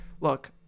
look